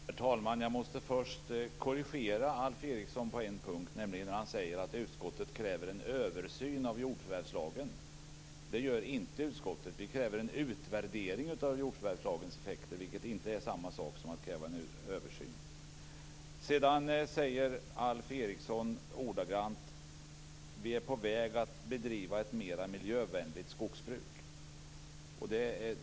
Herr talman! Först måste jag korrigera Alf Eriksson på en punkt, nämligen när han säger att utskottet kräver en översyn av jordförvärvslagen. Det gör inte utskottet. Vi kräver en utvärdering av jordförvärvslagens effekter, vilket inte samma sak som att kräva en översyn. Sedan säger Alf Eriksson att vi är på väg att bedriva ett mera miljövänligt skogsbruk.